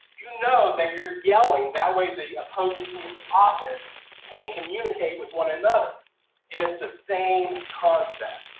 you know that you're yelling. that way the opposing team s offense can't communicate with one another. and it's the same concept.